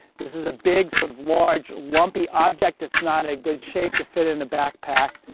this is a big, sort of large, lumpy object that's not a good shape to fit in a backpack.